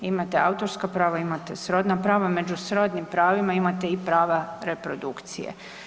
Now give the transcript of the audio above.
Imate autorsko pravo, imate srodna prava, među srodnim pravima imate i prava reprodukcije.